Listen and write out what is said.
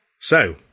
So